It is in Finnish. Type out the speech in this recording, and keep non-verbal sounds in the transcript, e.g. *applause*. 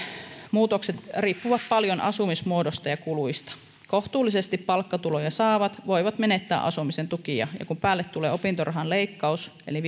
muutokset riippuvat paljon asumismuodosta ja kuluista kohtuullisesti palkkatuloja saavat voivat menettää asumisen tukia ja kun päälle tulee opintorahan leikkaus eli *unintelligible*